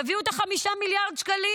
תביאו את 5 מיליארד השקלים.